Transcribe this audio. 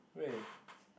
where